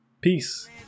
Peace